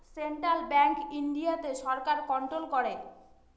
central bank ইন্ডিয়াতে সরকার control করে